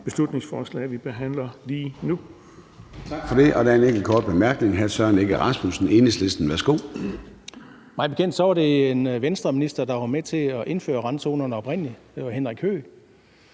beslutningsforslag, vi behandler lige nu.